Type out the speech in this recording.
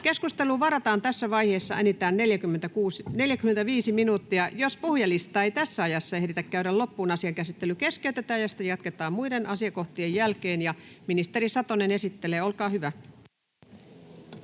Keskusteluun varataan tässä vaiheessa enintään 45 minuuttia. Jos puhujalistaa ei tässä ajassa ehditä käydä loppuun, asian käsittely keskeytetään ja sitä jatketaan muiden asiakohtien jälkeen. — Ministeri Satonen esittelee. Olkaa hyvä.